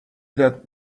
that